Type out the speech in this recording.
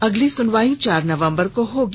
अगली सुनवाई चार नवंबर को होगी